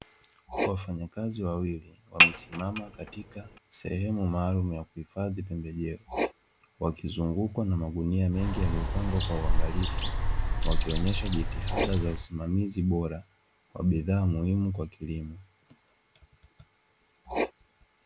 Wafanyakazi wawili, wamesimama katika sehemu maalumu ya kuhifadhi pembejeo, wakizungukwa na magunia mengi yaliyopangwa kwa uangalifu, wakionyesha jitihada za usimamizi bora wa bidhaa muhimu kwa kilimo.